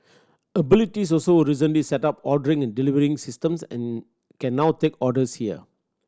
abilities also recently set up ordering and delivery systems and can now take orders here